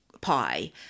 pie